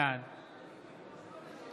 בעד